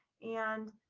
and,